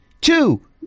two